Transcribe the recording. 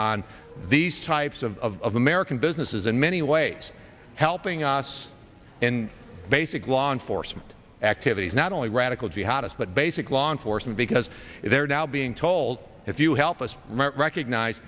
on these types of american businesses in many ways helping us in basic law enforcement activities not only radical jihadist but basic law enforcement because they're now being told if you help us recognize